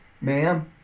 Ma'am